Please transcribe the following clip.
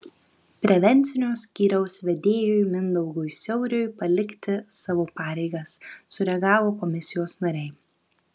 prevencinio skyriaus vedėjui mindaugui siauriui palikti savo pareigas sureagavo komisijos nariai